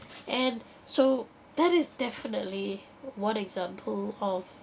and so that is definitely one example of